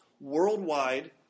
worldwide